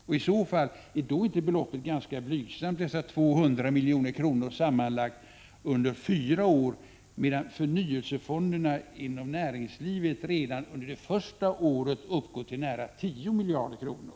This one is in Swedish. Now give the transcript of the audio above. Är inte beloppet i så fall ganska blygsamt, blott 200 milj.kr. under sammanlagt 4 år, medan förnyelsefonderna inom näringslivet redan under det första året uppgår till nära 10 miljarder kronor?